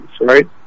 right